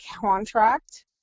contract